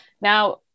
Now